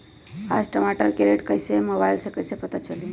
आज टमाटर के रेट कईसे हैं मोबाईल से कईसे पता चली?